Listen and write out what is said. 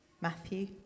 Matthew